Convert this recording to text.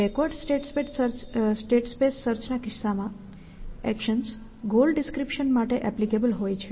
backward state space search ના કિસ્સા માં એક્શન્સ ગોલ ડિસ્ક્રિપ્શન માટે એપ્લિકેબલ હોય છે